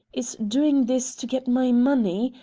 is doing this to get my money.